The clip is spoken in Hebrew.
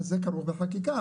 אז זה כרוך בחקיקה,